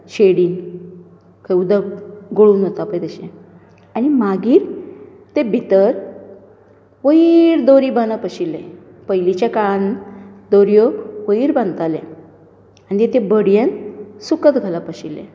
शेडीक खंय उदक गळून वता पळय तशें आनी मागीर तें भितर वयीर दोरी बांदप आशिल्लें पयलींच्या काळांत दोरयो वयर बांधताले आनी ते बडयेन सुकत घालप आशिल्ले